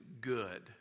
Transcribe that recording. good